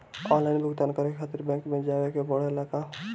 Online भुगतान करे के खातिर बैंक मे जवे के पड़ेला का?